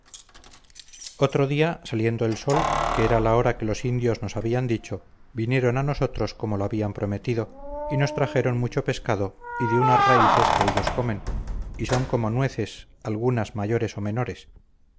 otro día saliendo el sol que era la hora que los indios nos habían dicho vinieron a nosotros como lo habían prometido y nos trajeron mucho pescado y de unas raíces que ellos comen y son como nueces algunas mayores o menores